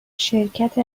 شرکت